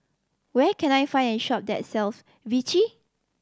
where can I find a shop that sells Vichy